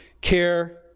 care